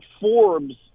Forbes